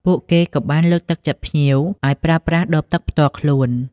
ពួកគេក៏បានលើកទឹកចិត្តភ្ញៀវឱ្យប្រើប្រាស់ដបទឹកផ្ទាល់ខ្លួន។